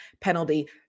penalty